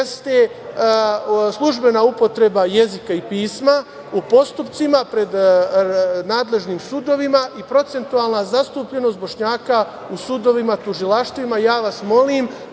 jeste službena upotreba jezika i pisma u postupcima pred nadležnim sudovima i procentualna zastupljenost Bošnjaka u sudovima, tužilaštvima i ja vas molim